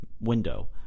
window